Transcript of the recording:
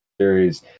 series